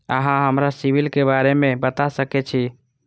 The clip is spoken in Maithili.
अहाँ हमरा सिबिल के बारे में बता सके छी?